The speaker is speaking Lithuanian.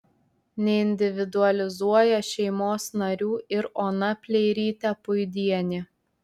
neindividualizuoja šeimos narių ir ona pleirytė puidienė